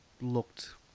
looked